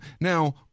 now